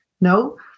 no